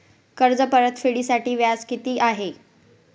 कर्ज परतफेडीसाठी व्याज किती आहे?